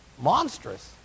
monstrous